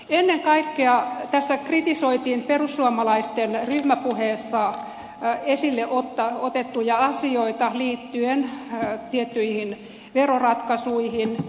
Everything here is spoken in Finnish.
ennen kaikkea tässä kritisoitiin perussuomalaisten ryhmäpuheessa esille otettuja asioita liittyen tiettyihin veroratkaisuihin